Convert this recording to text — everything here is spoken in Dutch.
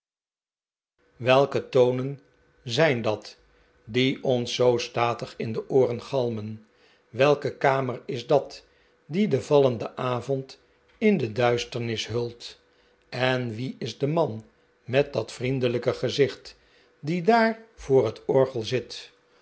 welke tonen zijn dat die ons zoo statig in de ooren galmen welke kamer is dat r die de vallende avond in diiisternis hult en wie is de man met dat vriendelijke v gezicht die daar voor het orgel zit